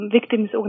victims